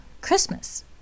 Christmas